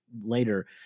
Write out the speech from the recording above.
later